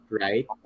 right